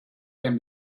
can